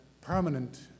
permanent